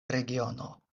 regiono